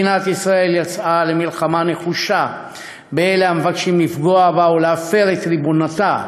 מדינת ישראל יצאה למלחמה נחושה באלה המבקשים לפגוע בה ולהפר את ריבונותה